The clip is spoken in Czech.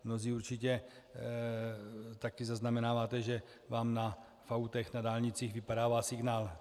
Mnozí určitě taky zaznamenáváte, že vám v autech na dálnicích vypadává signál.